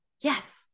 Yes